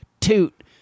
toot